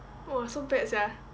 !wah! so bad sia